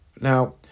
Now